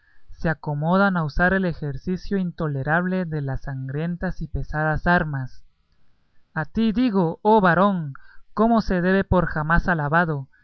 se acomodan a usar el ejercicio intolerable de las sangrientas y pesadas armas a ti digo oh varón como se debe por jamás alabado